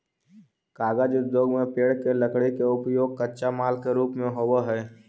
कागज उद्योग में पेड़ के लकड़ी के उपयोग कच्चा माल के रूप में होवऽ हई